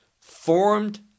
formed